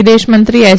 વિદેશ મંત્રી એસ